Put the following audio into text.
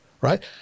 right